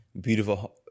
beautiful